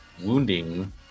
wounding